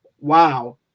wow